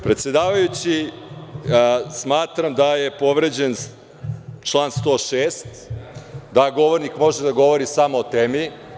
Predsedavajući, smatram da je povređen član 106. da govornik može da govori samo o temi.